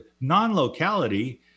Non-locality